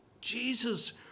Jesus